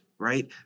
Right